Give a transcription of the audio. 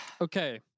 Okay